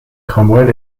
cromwell